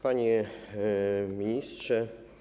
Panie Ministrze!